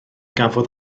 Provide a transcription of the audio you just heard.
gafodd